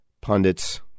pundits